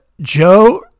Joe